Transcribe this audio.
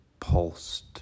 Pulsed